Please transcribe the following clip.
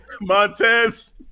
Montez